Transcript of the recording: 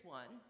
one